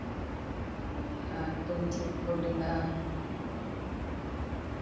ᱟᱨ ᱯᱟᱹᱧᱪᱤ ᱛᱮᱠᱚ ᱰᱮᱸᱜᱟᱜᱼᱟ